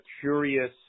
curious